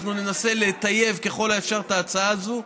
אנחנו ננסה לטייב ככל האפשר את ההצעה הזאת.